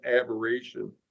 aberration